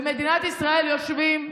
יושבים.